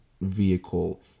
vehicle